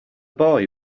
boy